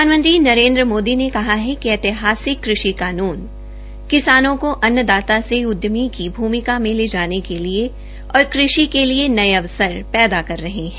प्रधानमंत्री ने कहा है कि ऐतिहासिक कृषि कानून किसानों को अन्नदाता से उद्यमी की भूमिका में ले जाने के लिए और कृषि के लिए ने अवसर पैदा कर रहे है